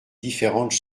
différente